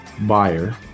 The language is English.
buyer